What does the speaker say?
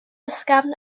ysgafn